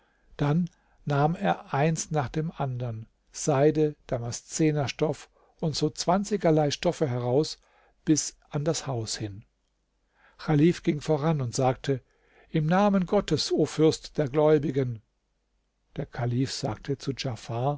dann nahm er eins nach dem andern seide damaszenerstoff und so zwanzigerlei stoffe heraus bis an das haus hin chalif ging voran und sagte im namen gottes o fürst der gläubigen der kalif sagte zu